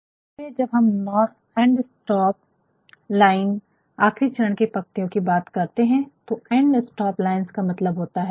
यहाँ पर आपके लिए एन्ड स्टॉप्ड और एन्जामबड है